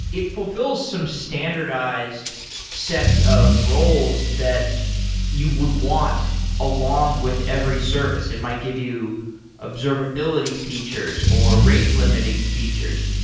it fulfills some standardized sets of roles that you would want along with every service. it might give you observability features, or rate limiting features.